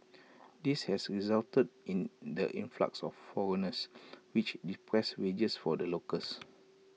this has resulted in the influx of foreigners which depressed wages for the locals